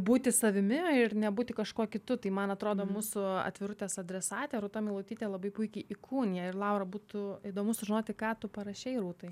būti savimi ir nebūti kažkuo kitu tai man atrodo mūsų atvirutės adresatė rūta meilutytė labai puikiai įkūnija ir laura būtų įdomu sužinoti ką tu parašei rūtai